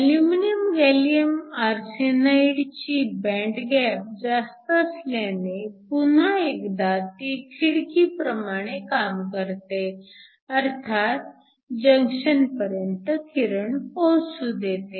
aluminium gallium arsenide ची band gap जास्त असल्याने पुन्हा एकदा ती खिडकीप्रमाणे काम करते अर्थात जंक्शनपर्यंत किरण पोहोचू देते